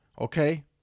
okay